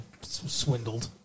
swindled